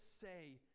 say